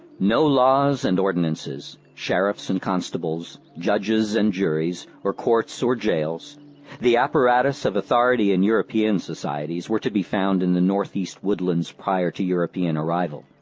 no laws and ordinances, sheriffs and constables, judges and juries, or courts or jails-the apparatus of authority in european societies-were to be found in the northeast woodlands prior to european arrival.